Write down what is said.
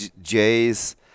Jays